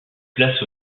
placent